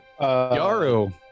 Yaru